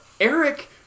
Eric